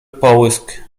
połysk